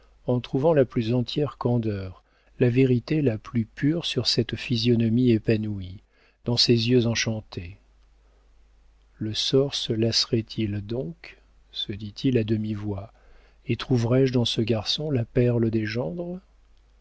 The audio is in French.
en trouvant la plus entière candeur la vérité la plus pure sur cette physionomie épanouie dans ces yeux enchantés le sort se lasserait il donc se dit-il à demi-voix et trouverais-je dans ce garçon la perle des gendres